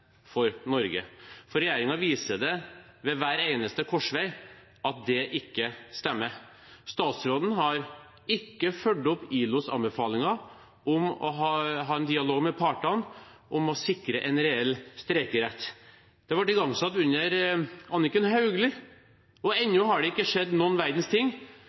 for Norge. For regjeringen viser, ved hver eneste korsvei, at det ikke stemmer. Statsråden har ikke fulgt opp ILOs anbefalinger om å ha en dialog med partene, om å sikre en reell streikerett. Det ble igangsatt under Anniken Hauglie. Ennå har det ikke skjedd noen verdens ting.